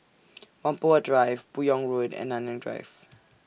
Whampoa Drive Buyong Road and Nanyang Drive